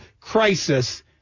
crisis